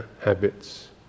habits